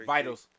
Vitals